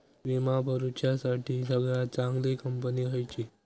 विमा भरुच्यासाठी सगळयात चागंली कंपनी खयची?